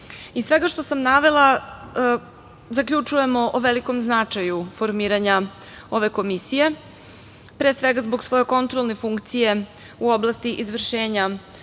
svega što sam navela zaključujemo o velikom značaju formiranja ove komisije, pre svega zbog svoje kontrolne funkcije u oblasti izvršenja